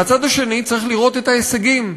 מהצד השני, צריך לראות את ההישגים,